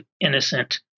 innocent